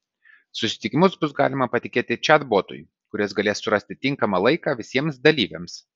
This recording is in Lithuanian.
susitikimus bus galima patikėti čatbotui kuris galės surasti tinkamą laiką visiems dalyviams